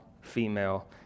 female